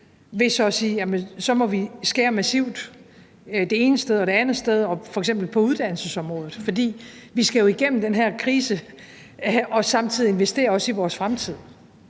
ved så at sige, at så må vi skære massivt det ene sted og det andet sted, f.eks. på uddannelsesområdet, for vi skal jo igennem den her krise og samtidig også investere i vores fremtid.